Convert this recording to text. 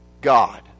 God